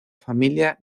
familia